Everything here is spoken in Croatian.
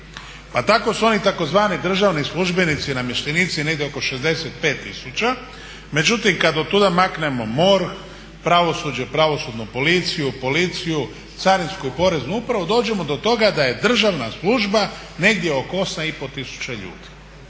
Pa tak su oni tzv. državni službenici i namještenici negdje oko 65 tisuća, međutim kad od tuda maknemo MORH, pravosuđe, pravosudnu policiju, policiju, carinsku i poreznu upravu dođemo do toga da je državna službe negdje oko 8,5 tisuća ljudi,